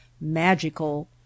magical